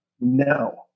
No